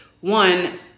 one